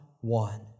one